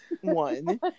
one